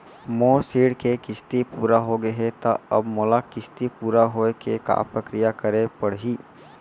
मोर ऋण के किस्ती पूरा होगे हे ता अब मोला किस्ती पूरा होए के का प्रक्रिया करे पड़ही?